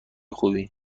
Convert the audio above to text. خوبی